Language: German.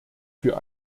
für